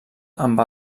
amb